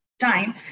time